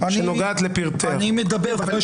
שנוגעת לפרטי החוק --- אני מדבר על זה